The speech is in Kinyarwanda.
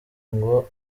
ngo